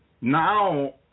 Now